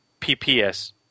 PPS